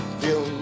feel